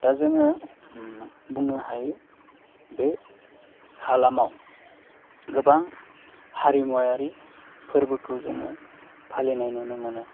दा जोङो बुंनो हायो बे हालामाव गोबां हारिमुवारि फोरबोखौ जोङो फालिनाय नुनो मोनो